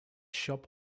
shop